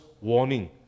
warning